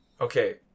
Okay